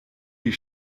die